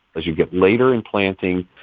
as you get later in planting,